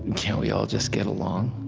and can't we all just get along?